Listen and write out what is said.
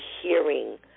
hearing